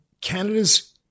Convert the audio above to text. Canada's